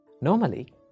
Normally